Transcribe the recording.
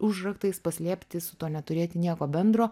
užraktais paslėpti su tuo neturėti nieko bendro